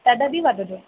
तदपि वदतु